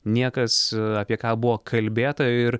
niekas apie ką buvo kalbėta ir